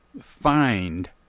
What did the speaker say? find